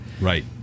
right